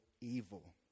evil